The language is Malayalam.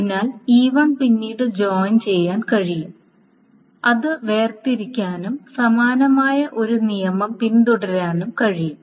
അതിനാൽ E1 പിന്നീട് ജോയിൻ ചെയ്യാൻ കഴിയും അത് വേർതിരിക്കാനും സമാനമായ ഒരു നിയമം പിന്തുടരാനും കഴിയും